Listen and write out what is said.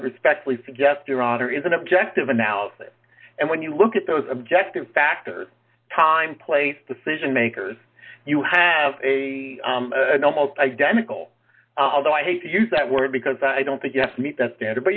respectfully suggest your honor is an objective analysis and when you look at those objective factors time place decision makers you have a most identical although i hate to use that word because i don't think you have to meet that standard but